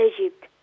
Egypt